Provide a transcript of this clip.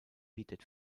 bietet